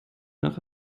nach